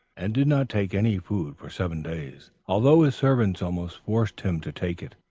and did not take any food for seven days, although his servants almost forced him to take it